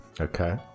Okay